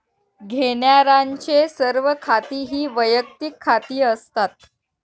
घेण्यारांचे सर्व खाती ही वैयक्तिक खाती असतात